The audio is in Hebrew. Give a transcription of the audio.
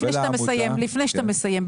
לפני שאתה מסיים,